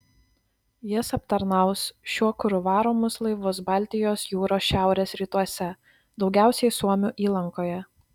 jis aptarnaus šiuo kuru varomus laivus baltijos jūros šiaurės rytuose daugiausiai suomių įlankoje